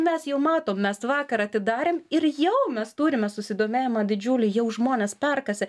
mes jau matom mes vakar atidarėm ir jau mes turime susidomėjimą didžiulį jau žmonės perkasi